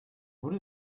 would